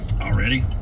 Already